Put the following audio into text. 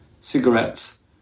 cigarettes